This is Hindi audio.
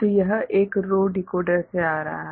तो यह एक रो डीकोडर से आ रहा है